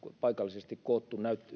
paikallisesti koottu